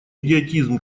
идиотизм